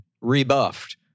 rebuffed